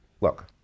Look